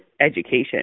education